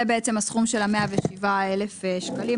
שזה בעצם הסכום של ה-107,000 שקלים,